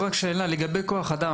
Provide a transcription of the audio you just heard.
לגבי כוח אדם,